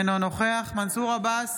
אינו נוכח מנסור עבאס,